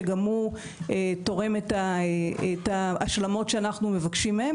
שגם הוא תורם את ההשלמות שאנחנו מבקשים מהם,